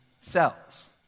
cells